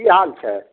की हाल छै